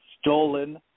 stolen